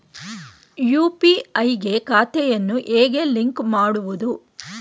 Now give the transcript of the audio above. UPI ಗೆ ಖಾತೆಯನ್ನು ಹೇಗೆ ಲಿಂಕ್ ಮಾಡುವುದು?